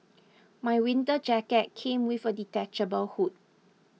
my winter jacket came with a detachable hood